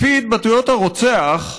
לפי התבטאויות של הרוצח,